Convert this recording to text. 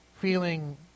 feeling